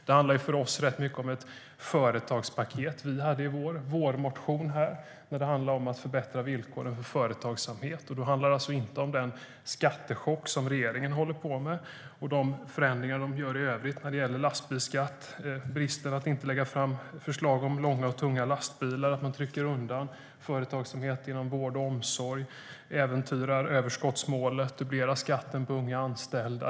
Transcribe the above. Det handlar för oss också rätt mycket om ett företagspaket. Vår vårmotion handlar bland annat om att förbättra villkoren för företagsamhet. Då handlar det alltså inte om den skattechock som regeringen håller på med och de förändringar som de gör i övrigt när det gäller lastbilsskatt. Det är också en brist att de inte lägger fram förslag om långa och tunga lastbilar. De trycker undan företagsamhet inom vård och omsorg, äventyrar överskottsmålet och dubblerar skatten på unga anställda.